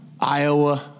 Iowa